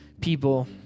people